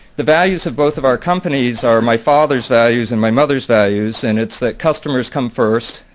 the values of both of our companies are my father's values and my mother's values and it's that customers come first.